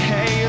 Hey